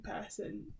person